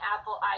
Apple